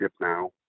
now